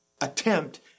attempt